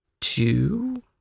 two